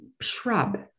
shrub